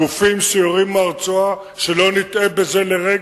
הגופים שיורים מהרצועה, שלא נטעה בזה לרגע,